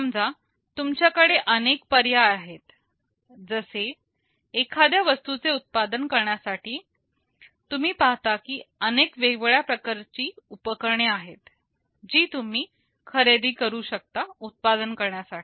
समजा तुमच्याकडे अनेक पर्याय आहेत जसे एखाद्या वस्तूचे उत्पादन करण्यासाठी तुम्ही पाहता की अनेक वेगवेगळ्या प्रकारची उपकरणे आहेत जी तुम्ही खरेदी करू शकता उत्पादन करण्यासाठी